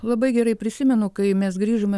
labai gerai prisimenu kai mes grįžome